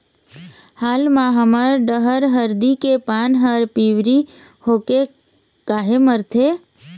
हाल मा हमर डहर हरदी के पान हर पिवरी होके काहे मरथे?